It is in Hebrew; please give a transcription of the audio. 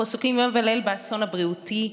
אנחנו עסוקים יום וליל באסון הבריאותי,